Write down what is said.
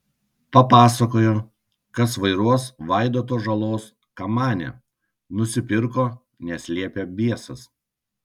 papasakojo kas vairuos vaidoto žalos kamanę nusipirko nes liepė biesas